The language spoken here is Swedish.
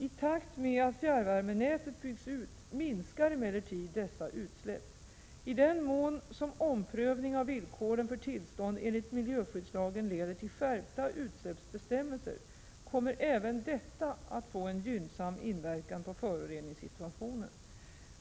I takt med att fjärrvärmenätet byggs ut minskar emellertid dessa utsläpp. I den mån som omprövning av villkoren för tillstånd enligt miljöskyddslagen leder till skärpta utsläppsbestämmelser kommer även detta att få en gynnsam inverkan på föroreningssituationen.